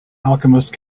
alchemist